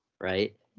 right